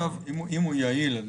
אם הוא יעיל.